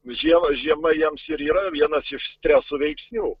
žiema žiema jiems ir yra vienas iš streso veiksnių